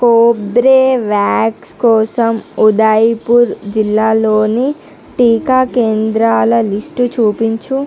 Corbevax కోసం ఉదయిపూర్ జిల్లాలోని టీకా కేంద్రాల లిస్టు చూపించుము